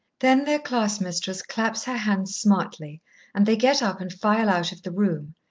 then their class-mistress claps her hands smartly and they get up and file out of the room,